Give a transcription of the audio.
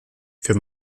für